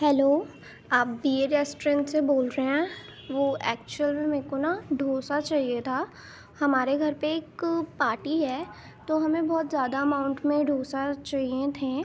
hello آپ B A restaurant سے بول رہے ہیں وہ ایکچول میرے کو نا ڈوسا چاہیے تھا ہمارے گھر پہ ایک پارٹی ہے تو ہمیں بہت زیادہ اماؤنٹ میں ڈوسا چاہیے تھے